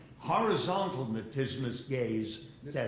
horizontal nystagmus gaze.